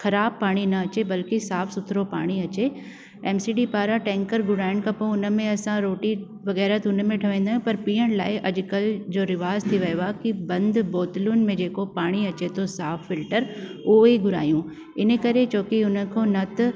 ख़राबु पाणी न अचे बल्कि साफ़ सुथिरो पाणी अचे एम सी डी पारां टैंकर घुराइण खां पोइ हुन में असां रोटी वग़ैरह त उन में ठहंदा आहियूं पर पीअण लाइ अॼुकल्ह जो रिवाज़ थी वियो आहे की बंदि बोतलुनि में जेको पाणी अचे थो साफ़ फिल्टर उहो ई घुरायूं इन करे छोकी उन खां न त